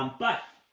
um but,